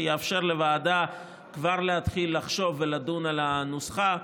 שיאפשר לוועדה כבר להתחיל לחשוב ולדון על הנוסחה,